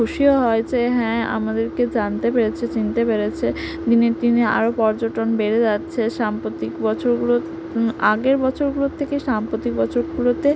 খুশিও হয়েছে হ্যাঁ আমাদেরকে জানতে পেরেছে চিনতে পেরেছে দিনের দিনে আরও পর্যটন বেড়ে যাচ্ছে সাম্প্রতিক বছরগুলো আগের বছরগুলোর থেকে সাম্প্রতিক বছরগুলোতে